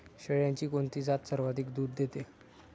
शेळ्यांची कोणती जात सर्वाधिक दूध देते?